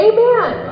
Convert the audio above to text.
Amen